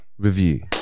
Review